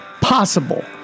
possible